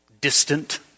distant